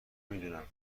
میدونم